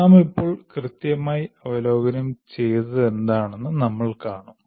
നാം ഇപ്പോൾ കൃത്യമായി അവലോകനം ചെയ്തതെന്താണെന്ന് നമ്മൾ കാണും